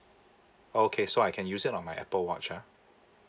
okay so I can use it on my Apple watch ah